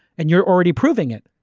and you're already proving it.